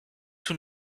two